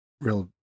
real